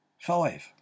Five